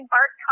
Bart